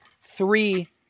three